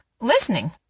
listening